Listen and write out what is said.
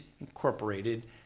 Incorporated